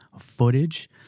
footage